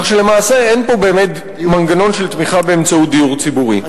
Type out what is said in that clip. כך שלמעשה אין פה באמת מנגנון של תמיכה באמצעות דיור ציבורי.